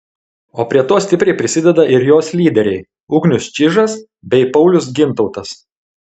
o prie to stipriai prisideda ir jos lyderiai ugnius čižas bei paulius gintautas